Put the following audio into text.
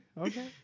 Okay